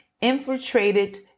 infiltrated